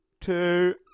Two